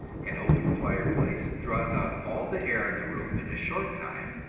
an open fireplace draws out all the air in the room in a short time,